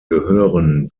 gehören